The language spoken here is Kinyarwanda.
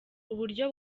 uburyo